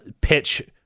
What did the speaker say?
pitch